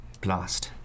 Blast